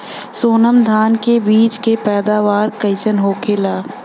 सोनम धान के बिज के पैदावार कइसन होखेला?